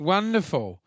Wonderful